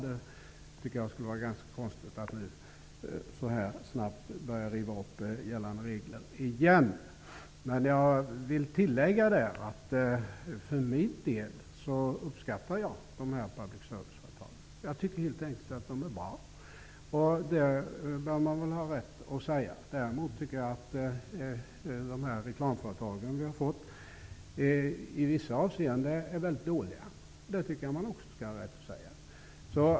Jag tycker att det skulle vara ganska konstigt att helt snabbt nu börja riva upp gällande regler igen. Jag vill tillägga att jag för min del uppskattar de här public service-företagen. Jag tycker helt enkelt att de är bra. Det bör man väl ha rätt att säga. Däremot tycker jag att de reklamföretag som vi har fått i vissa avseenden är väldigt dåliga. Det tycker jag också att man skall ha rätt att säga.